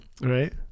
right